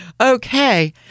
Okay